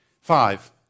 Five